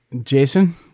Jason